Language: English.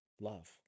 love